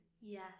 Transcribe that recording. yes